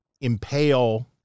impale